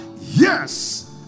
yes